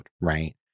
Right